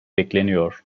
bekleniyor